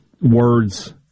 words